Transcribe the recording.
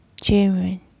German